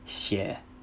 写